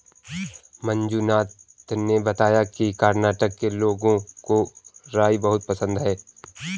मंजुनाथ ने बताया कि कर्नाटक के लोगों को राई बहुत पसंद है